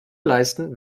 leisten